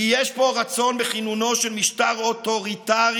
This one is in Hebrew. כי יש פה רצון בכינונו של משטר אוטוריטרי